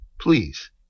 Please